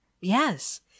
yes